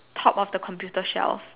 top of the computer shelf